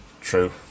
True